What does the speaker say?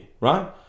right